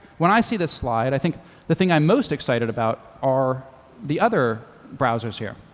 when i see this slide, i think the thing i'm most excited about are the other browsers here.